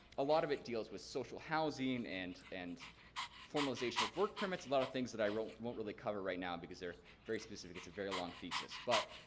a lot of it deals with social housing and and formalization of work permits, a lot of things that i won't really cover right now because they are very specific, it's a very long thesis. but,